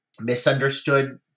misunderstood